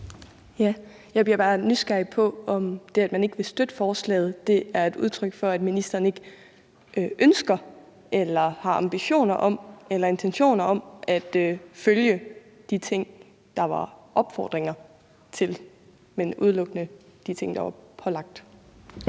Jeg bliver bare nysgerrig på, om det, at man ikke vil støtte forslaget, er et udtryk for, at ministeren ikke ønsker eller har ambitioner om eller intentioner om at følge de ting, der var opfordringer til at gøre, men udelukkende de ting, det var pålagt